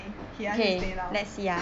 why he ask you to stay now